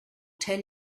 tell